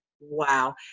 Wow